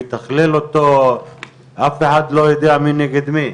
אגף נחלים וכו' להתמודד עם אירועי קיצון.